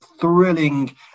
thrilling